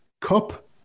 Cup